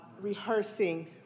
rehearsing